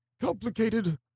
complicated